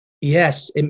Yes